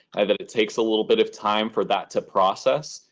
that it takes a little bit of time for that to process.